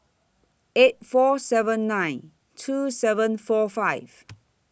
eight four seven nine two seven four five